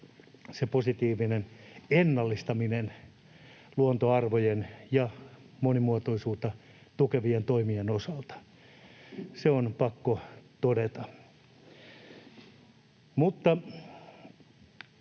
se positiivinen ennallistaminen luontoarvojen ja monimuotoisuutta tukevien toimien osalta. Se on pakko todeta. Kaikkein